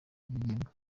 zigenga